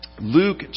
Luke